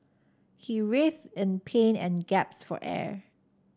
he writhed in pain and gasped for air